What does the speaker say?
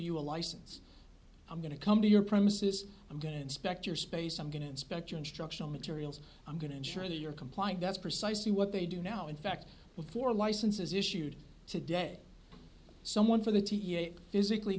you a license i'm going to come to your premises i'm going to inspect your space i'm going to inspect your instructional materials i'm going to ensure that you're compliant that's precisely what they do now in fact before licenses issued today someone from the t s a physically